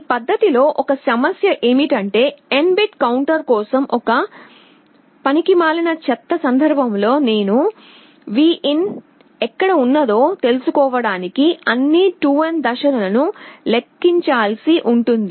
ఈ పద్ధతిలో ఒక సమస్య ఏమిటంటే n బిట్ కౌంటర్ కోసం ఒక పనికిమాలిన హీన సందర్భంలో నేను Vin ఎక్కడ ఉన్నాదో తెలుసుకోవడానికి అన్ని 2n దశలను లెక్కించాల్సి ఉంటుంది